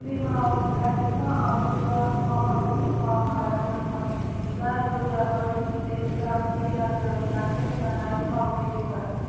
फिल्माव राधिका आप्टेआ महकनि फाव खालामदोंमोन जाय गोब्राबै एगराफबियाजों नाख्रेबजानाय फावगिरिमोन